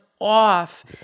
off